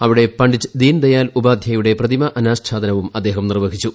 അവിടെ പണ്ഡിറ്റ് ദീൻ ദയാൽ ഉപാധ്യായയുടെ പ്രതിമ അനാഛാദനവും അദ്ദേഹം നിർവഹിച്ചു